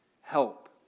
help